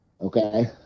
Okay